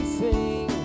sing